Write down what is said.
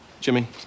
Jimmy